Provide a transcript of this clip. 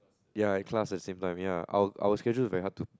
ya had class at the same time ya our our schedule is very hard to